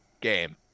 game